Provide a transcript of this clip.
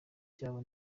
cyabo